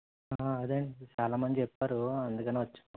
అదే అండి చాలా మంది చెప్పారు అందుకని వచ్చాం